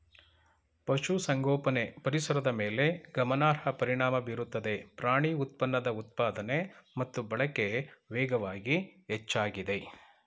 ಪಶುಸಂಗೋಪನೆ ಪರಿಸರದ ಮೇಲೆ ಗಮನಾರ್ಹ ಪರಿಣಾಮ ಬೀರುತ್ತದೆ ಪ್ರಾಣಿ ಉತ್ಪನ್ನದ ಉತ್ಪಾದನೆ ಮತ್ತು ಬಳಕೆ ವೇಗವಾಗಿ ಹೆಚ್ಚಾಗಿದೆ